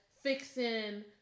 fixing